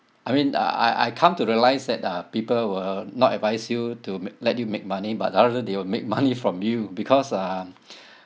I mean I I I come to realise that uh people will not advise you to m~ let you make money but rather they will make money from you because um